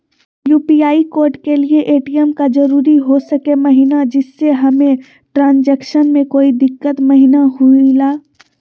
UPI code के लिए ATM का जरूरी हो सके महिना जिससे हमें ट्रांजैक्शन में कोई दिक्कत महिना हुई ला?